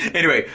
anyway,